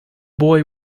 boy